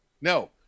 No